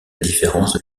différence